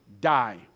die